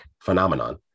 phenomenon